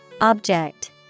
Object